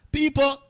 people